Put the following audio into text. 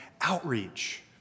outreach